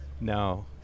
No